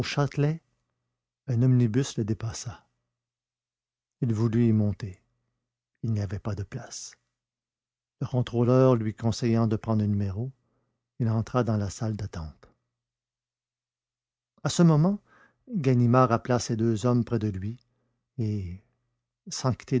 châtelet un omnibus le dépassa il voulut y monter il n'y avait pas de place le contrôleur lui conseillant de prendre un numéro il entra dans la salle d'attente à ce moment ganimard appela ses deux hommes près de lui et sans quitter